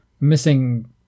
Missing